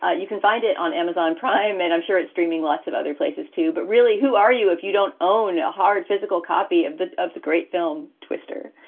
ah you can find it on amazon prime. and i'm sure it's streaming lots of other places, too. but really, who are you if you don't own a hard physical copy of the of the great film twister?